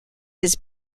his